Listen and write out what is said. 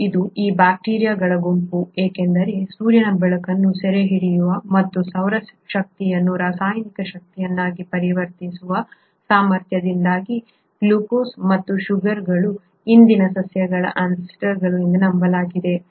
ಮತ್ತು ಇದು ಈ ಬ್ಯಾಕ್ಟೀರಿಯಾಗಳ ಗುಂಪು ಏಕೆಂದರೆ ಸೂರ್ಯನ ಬೆಳಕನ್ನು ಸೆರೆಹಿಡಿಯುವ ಮತ್ತು ಸೌರ ಶಕ್ತಿಯನ್ನು ರಾಸಾಯನಿಕ ಶಕ್ತಿಯನ್ನಾಗಿ ಪರಿವರ್ತಿಸುವ ಸಾಮರ್ಥ್ಯದಿಂದಾಗಿ ಗ್ಲೂಕೋಸ್ ಮತ್ತು ಶುಗರ್ಗಳು ಇಂದಿನ ಸಸ್ಯಗಳ ಅನ್ಸೆಸ್ಟಾರ್ಗಳು ಎಂದು ನಂಬಲಾಗಿದೆ